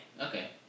Okay